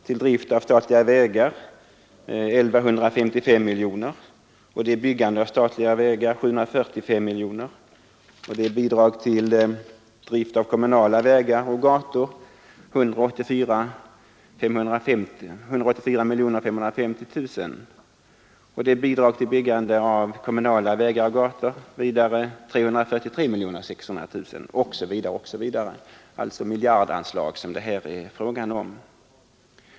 Till drift av statliga vägar anvisas 1155 miljoner kronor, till byggande av statliga vägar 745 miljoner kronor, till bidrag till drift av kommunala vägar och gator anvisas 184 550 000 kronor, vidare till byggande av kommunala vägar och gator 343 600 000 kronor, osv. Det är alltså miljardanslag det här är fråga om.